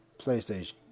PlayStation